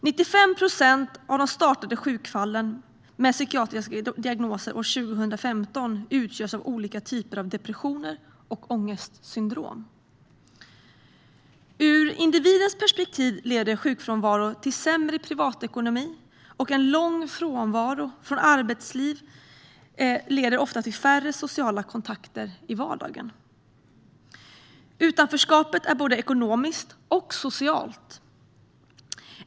95 procent av de startade sjukfallen med psykiatriska diagnoser år 2015 utgörs av olika typer av depressioner och ångestsyndrom. Ur individens perspektiv leder sjukfrånvaron till sämre privatekonomi, och en lång frånvaro från arbetsliv leder ofta till färre sociala kontakter i vardagen. Utanförskapet är både ekonomiskt och socialt.